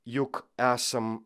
juk esam